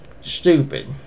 stupid